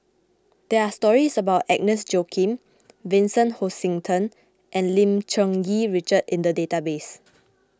there are stories about Agnes Joaquim Vincent Hoisington and Lim Cherng Yih Richard in the database